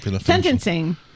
Sentencing